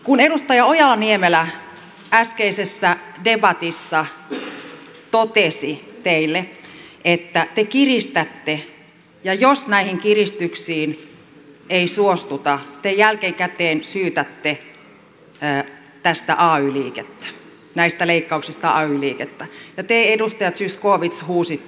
kun edustaja ojala niemelä äskeisessä debatissa totesi teille että te kiristätte ja jos näihin kiristyksiin ei suostuta te jälkikäteen syytätte näistä leikkauksista ay liikettä te edustaja zyskowicz huusitte